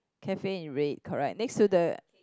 cafe in red correct next to the